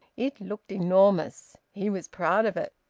it looked enormous. he was proud of it.